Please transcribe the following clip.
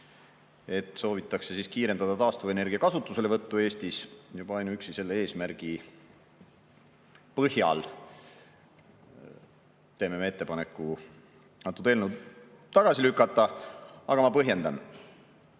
et soovitakse kiirendada taastuvenergia kasutuselevõttu Eestis. Juba ainuüksi selle eesmärgi tõttu teeme me ettepaneku eelnõu tagasi lükata. Ma põhjendan.